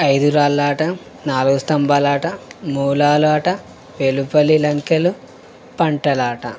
ఐదు రాళ్ళాట నాలుగు స్తంబాలాట మూలాలాట వెలుపలి లంకెలు పంటలాట